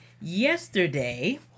yesterday